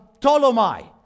Ptolemy